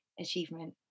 achievement